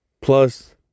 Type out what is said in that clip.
Plus